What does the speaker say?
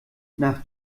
nach